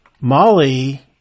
molly